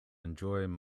enjoying